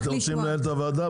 אתה רוצה לנהל את הוועדה?